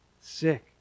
sick